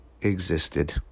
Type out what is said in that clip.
existed